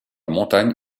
montagne